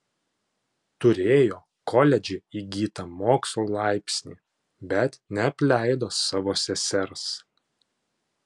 turėjo koledže įgytą mokslo laipsnį bet neapleido savo sesers